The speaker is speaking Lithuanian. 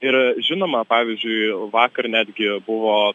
ir žinoma pavyzdžiui vakar netgi buvo